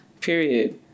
period